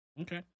Okay